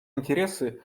интересы